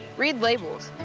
read labels.